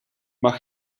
mag